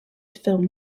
film